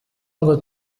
ngo